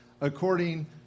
according